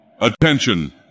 Attention